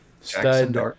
stud